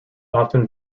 often